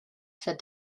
said